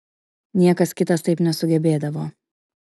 niekas kitas taip nesugebėdavo